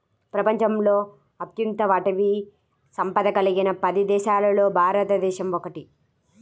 ప్రపంచంలో అత్యంత అటవీ సంపద కలిగిన పది దేశాలలో భారతదేశం ఒకటి